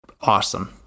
awesome